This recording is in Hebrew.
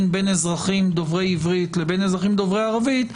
בין אזרחים דוברי עברית לבין אזרחים דוברי ערבית,